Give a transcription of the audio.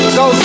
go